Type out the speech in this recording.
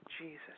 Jesus